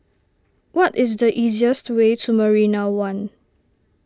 what is the easiest way to Marina one